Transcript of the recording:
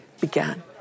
began